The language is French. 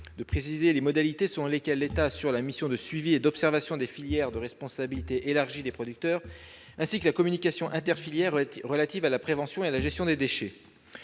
Il précise les modalités sont lesquelles l'État assure la mission de suivi et d'observation des filières soumises à responsabilité élargie des producteurs ainsi que la communication inter-filières relative à la prévention et à la gestion des déchets.